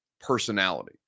personality